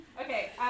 Okay